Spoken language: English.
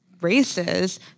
races